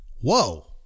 Whoa